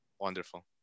Wonderful